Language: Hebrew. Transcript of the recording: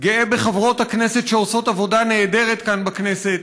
גאה בחברות הכנסת שעושות עבודה נהדרת כאן בכנסת.